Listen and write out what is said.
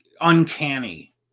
Uncanny